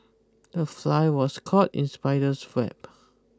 the fly was caught in spider's web